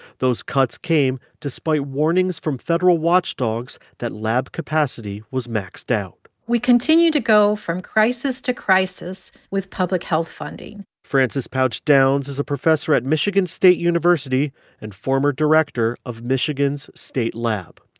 those cuts came despite warnings from federal watchdogs that lab capacity was maxed out we continue to go from crisis to crisis with public health funding frances pouch downes is a professor at michigan state university and former director of michigan's state lab.